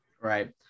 Right